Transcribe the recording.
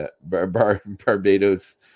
Barbados